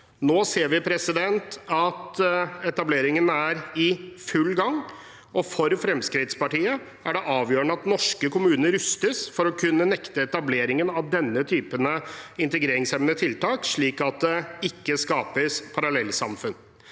Nå ser vi at etableringen er i full gang, og for Fremskrittspartiet er det avgjørende at norske kommuner rustes for å kunne nekte etableringen av denne typen integreringshemmende tiltak, slik at det ikke skapes parallellsamfunn.